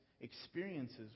experiences